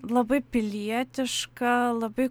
labai pilietiška labai